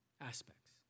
aspects